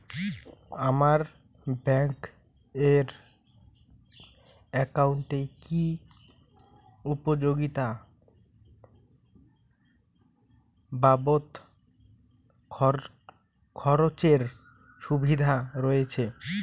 আমার ব্যাংক এর একাউন্টে কি উপযোগিতা বাবদ খরচের সুবিধা রয়েছে?